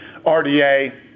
RDA